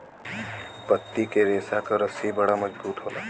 पत्ती के रेशा क रस्सी बड़ा मजबूत होला